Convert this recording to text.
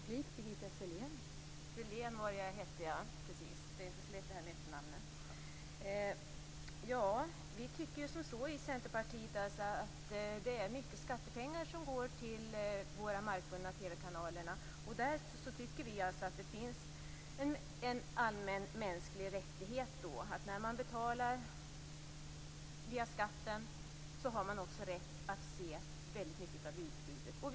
Fru talman! Vi i Centerpartiet tycker att det är mycket skattepengar som går till våra markbundna TV-kanaler. Vi tycker att det finns en allmänmänsklig rättighet här. När man betalar via skatten har man också rätt att se väldigt mycket av utbudet.